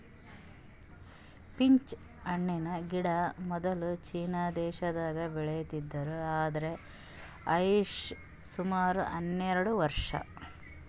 peach ಹಣ್ಣಿನ್ ಗಿಡ ಮೊದ್ಲ ಚೀನಾ ದೇಶದಾಗ್ ಬೆಳಿತಿದ್ರು ಇದ್ರ್ ಆಯುಷ್ ಸುಮಾರ್ ಹನ್ನೆರಡ್ ವರ್ಷ್